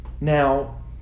Now